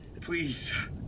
Please